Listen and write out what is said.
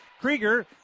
Krieger